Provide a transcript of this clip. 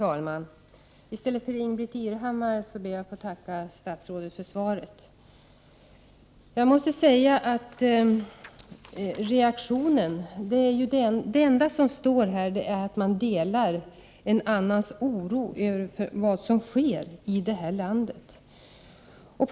Herr talman! I Ingbritt Irhammars frånvaro ber jag att få tacka utrikesministern för svaret. Det enda som står där är att utrikesministern delar en annans oro över vad som sker i Afghanistan.